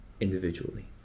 individually